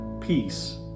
Peace